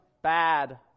Bad